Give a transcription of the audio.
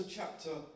chapter